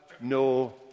no